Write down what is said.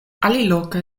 aliloke